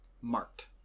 marked